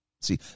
See